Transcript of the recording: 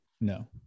No